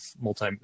multi